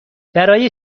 برای